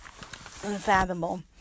Unfathomable